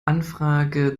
anfrage